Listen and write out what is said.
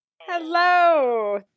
Hello